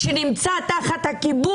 אחד מלהיות כובש ואחת מלהיות תחת הכיבוש,